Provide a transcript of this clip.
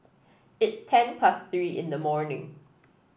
its ten past Three in the morning